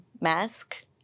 mask